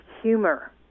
humor